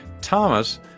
Thomas